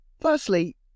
Firstly